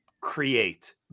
create